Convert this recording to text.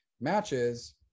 matches